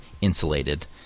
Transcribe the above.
insulated